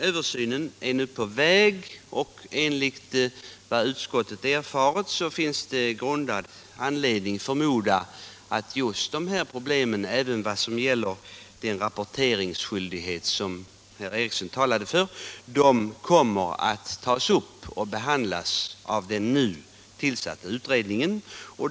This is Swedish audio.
Översynen kommer snart att ske, och enligt vad utskottet erfarit finns det grundad anledning förmoda att just de här problemen — även den rapporteringsskyldighet herr Eriksson talade om - kommer att tas upp och utredas i departementet.